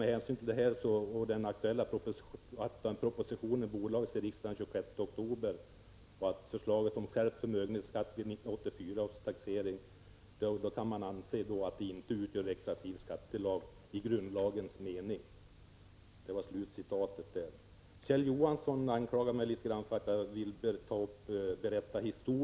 Med hänsyn härtill och då den nu aktuella propositionen bordlades i riksdagen den 26 oktober i år kan förslaget om skärpt förmögenhetsskatt vid 1984 års taxering inte anses utgöra retroaktiv skattelag i grundlagens mening.” Kjell Johansson anklagade mig för att jag gjorde en historieskrivning.